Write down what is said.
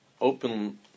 open